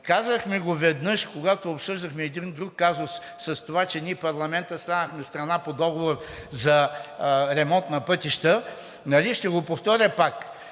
Казахме го веднъж, когато обсъждахме един друг казус. Това, че ние, парламентът, станахме страна по договор за ремонт на пътища и ще го повторя пак: